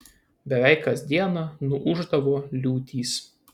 beveik kas dieną nuūždavo liūtys